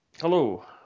Hello